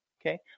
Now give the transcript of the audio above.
Okay